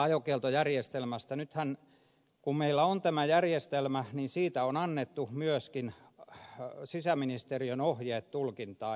nythän kun meillä on tämä järjestelmä niin siitä on annettu myöskin sisäministeriön ohjeet tulkintaan